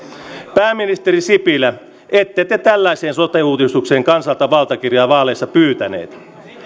pääministeri sipilä ette te tällaiseen sote uudistukseen kansalta valtakirjaa vaaleissa pyytäneet